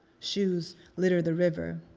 shoes litter the river.